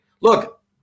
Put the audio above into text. Look